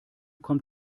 kommt